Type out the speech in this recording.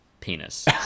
penis